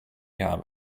have